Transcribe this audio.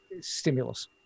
stimulus